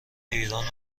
ایران